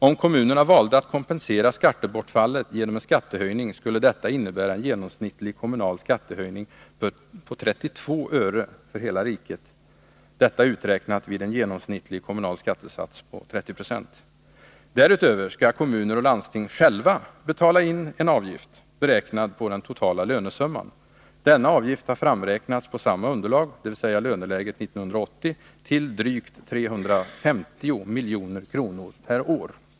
Om kommunerna valde att kompensera skattebortfallet genom en skattehöjning skulle detta innebära en genomsnittlig kommunal skattehöjning på 32 öre för hela riket — uträknat vid en genomsnittlig kommunal skattesats på 30 26. Därutöver skall kommuner och landsting själva betala in en avgift, beräknad på den totala lönesumman. Denna avgift har framräknats på samma underlag, dvs. löneläget 1980, till drygt 350 milj.kr. per år.